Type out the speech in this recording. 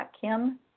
kim